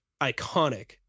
iconic